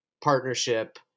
partnership